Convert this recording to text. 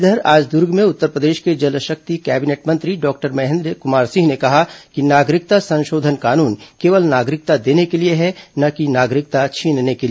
इधर आज दुर्ग में उत्तरप्रदेश के जल शक्ति कैबिनेट मंत्री डॉक्टर महेन्द्र कुमार सिंह ने कहा कि नागरिकता संशोधन कानून केवल नागरिकता देने के लिए है न कि नागरिकता छीनने के लिए